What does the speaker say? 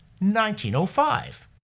1905